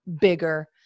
bigger